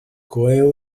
coeu